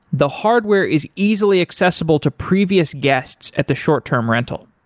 the hardware is easily accessible to previous guests at the short-term rental.